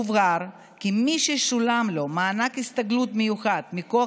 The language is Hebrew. הובהר כי מי ששולם לו מענק הסתגלות מיוחד מכוח